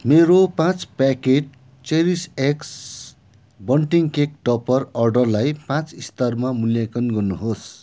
मेरो पाँच packet cherish X bunting cake topper अर्डरलाई पाँच स्टारमा मूल्याङ्कन गर्नुहोस्